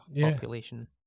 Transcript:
population